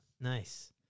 Nice